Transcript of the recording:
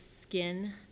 skin